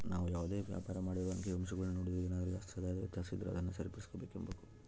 ನಾವು ಯಾವುದೇ ವ್ಯಾಪಾರ ಮಾಡಿದ್ರೂ ಅಂಕಿಅಂಶಗುಳ್ನ ನೋಡಿ ಏನಾದರು ಜಾಸ್ತಿ ಆದಾಯದ ವ್ಯತ್ಯಾಸ ಇದ್ರ ಅದುನ್ನ ಸರಿಪಡಿಸ್ಕೆಂಬಕು